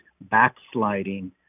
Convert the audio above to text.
backsliding